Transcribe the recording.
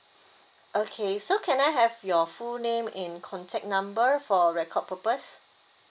okay so can I have your full name and contact number for record purpose